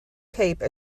cape